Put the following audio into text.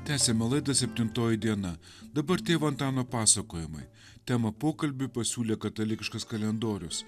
tęsiame laidą septintoji diena dabar tėvo antano pasakojimai temą pokalbiui pasiūlė katalikiškas kalendorius